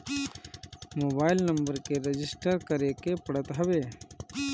mobile number के register करे के पड़त हवे